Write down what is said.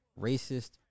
racist